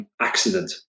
accident